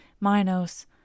Minos